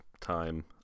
time